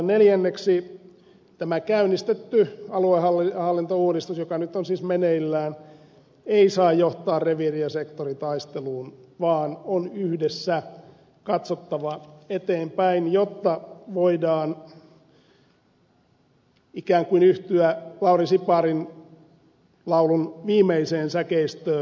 neljänneksi tämä käynnistetty aluehallintouudistus joka nyt on siis meneillään ei saa johtaa reviiri ja sektoritaisteluun vaan on yhdessä katsottava eteenpäin jotta voidaan ikään kuin yhtyä lauri siparin laulun viimeiseen säkeistöön